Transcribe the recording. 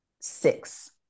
six